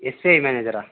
S B I ಮ್ಯಾನೇಜರಾ